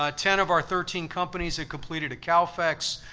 ah ten of our thirteen companies had completed a calfex,